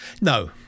no